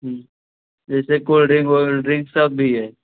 हम्म जैसे cold drink वोल्ड drink सब भी है